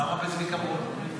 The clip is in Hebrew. מה רע בצביקה ברוט?